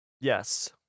Yes